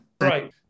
Right